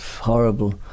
Horrible